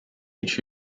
each